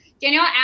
Danielle